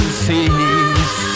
seas